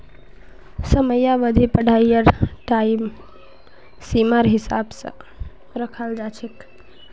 समयावधि पढ़ाईर टाइम सीमार हिसाब स रखाल जा छेक